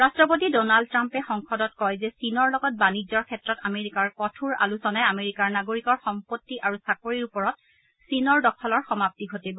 ৰাট্টপতি ডনাল্ড ট্ৰাম্পে সংসদত কয় যে চীনৰ লগত বাণিজ্যৰ ক্ষেত্ৰত আমেৰিকাৰ কঠোৰ আলোচনাই আমেৰিকাৰ নাগৰিকৰ সম্পত্তি আৰু চাকৰিৰ ওপৰত চীনৰ দখলৰ সমাপ্তি ঘটাব